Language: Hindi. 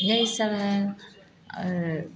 यही सब है और